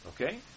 Okay